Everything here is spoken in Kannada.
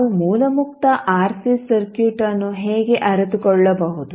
ನಾವು ಮೂಲ ಮುಕ್ತ ಆರ್ಸಿ ಸರ್ಕ್ಯೂಟ್ಅನ್ನು ಹೇಗೆ ಅರಿತುಕೊಳ್ಳಬಹುದು